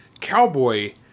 cowboy